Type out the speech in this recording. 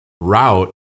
route